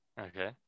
Okay